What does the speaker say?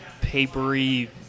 papery